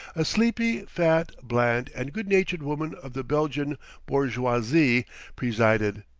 a sleepy, fat, bland and good-natured woman of the belgian bourgeoisie presided,